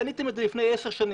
קניתם את זה לפני עשר שנים,